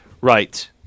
Right